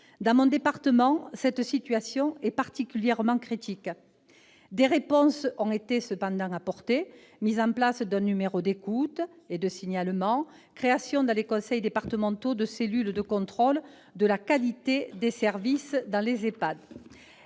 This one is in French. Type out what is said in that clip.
dont je suis élue, cette situation est particulièrement critique. Certes, des réponses ont été apportées- mise en place d'un numéro d'écoute et de signalement, création dans les conseils départementaux de cellules de contrôle de la qualité des services dans les EHPAD